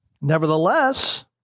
Nevertheless